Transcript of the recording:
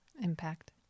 impact